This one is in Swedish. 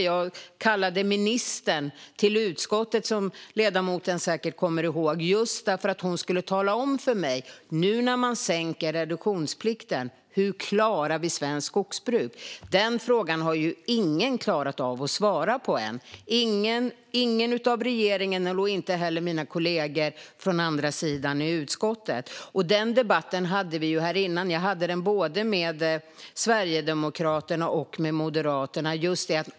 Jag kallade ministern till utskottet, som ledamoten säkert kommer ihåg, just för att hon skulle tala om för mig hur svenskt skogsbruk klaras när reduktionsplikten har sänkts. Den frågan har ingen i regeringen eller kollegor från andra sidan bordet i utskottet klarat av att svara på än. Den debatten har jag haft tidigare med Sverigedemokraterna och Moderaterna.